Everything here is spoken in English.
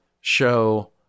show